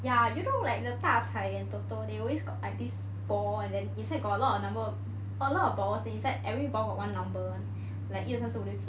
ya you know like the 大财 and TOTO they always got like this ball and then inside got a lot of number a lot of balls then inside every ball got one number one like 一二三四五六七